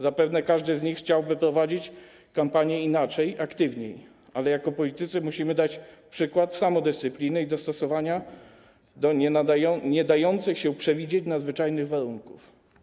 Zapewne każdy z nich chciałby prowadzić kampanię inaczej, aktywniej, ale jako politycy musimy dać przykład samodyscypliny i dostosowania do niedających się przewidzieć nadzwyczajnych warunków.